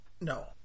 No